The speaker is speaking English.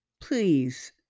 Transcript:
Please